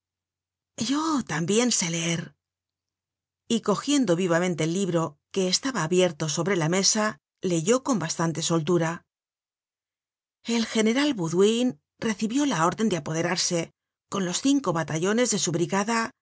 yo tambien sé leer y cogiendo vivamente el libro que estaba abierto sobre la mesa leyó con bastante soltura el general bauduin recibió la orden de apoderarse con los cinco batallones de su brigada